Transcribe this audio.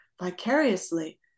vicariously